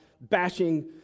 bashing